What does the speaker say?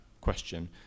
question